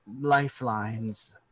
lifelines